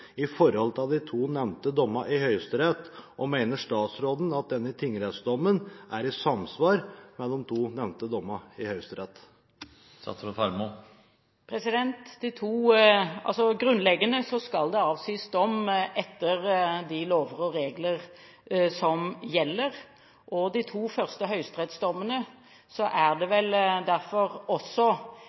i forhold til de to nevnte dommene i Høyesterett, og mener statsråden at denne tingrettsdommen er i samsvar med de to nevnte dommene i Høyesterett? Grunnleggende skal det avsies dom etter de lover og regler som gjelder. Når det gjelder de to første høyesterettsdommene, er det vel derfor også